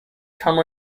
come